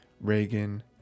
Reagan